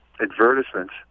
advertisements